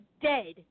dead